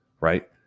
Right